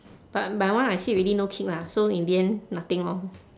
but my one I sit already no kick lah so in the end nothing orh